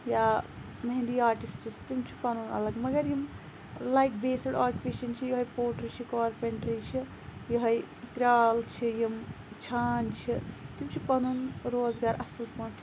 یا مہنٛدی آٹِسٹٕس تِم چھُ پَنُن اَلَگ مَگَر یِم لایک بیسٕڈ اوکیٚوپیشن چھِ یِہے پوٹری چھِ کارپنٛٹری چھِ یِہے کرال چھ یِم چھان چھِ تِم چھِ پَنُن روزگار اَصل پٲٹھۍ